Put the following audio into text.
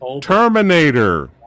Terminator